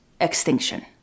extinction